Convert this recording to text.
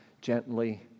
gently